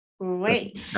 Great